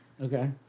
Okay